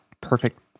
perfect